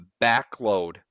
backload